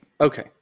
Okay